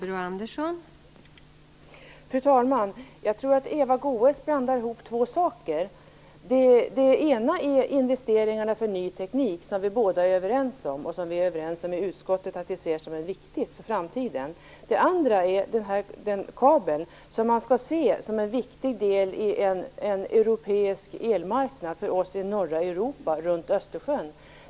Fru talman! Jag tror att Eva Goës blandar ihop två saker. Det ena är investeringarna för ny teknik, som vi båda är överens om och som vi i utskottet är överens om att vi ser som viktigt för framtiden. Det andra är den här kabeln. Den skall man se som en viktig del av en europeisk elmarknad för oss i norra Europa och runt Östersjön.